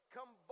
Come